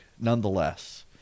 Nonetheless